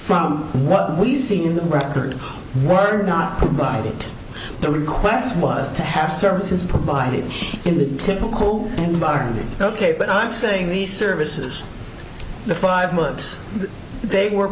from what we see in the record word not provide it the request was to have services provided in the typical environment ok but i'm saying these services the five months they were